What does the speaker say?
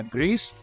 Greece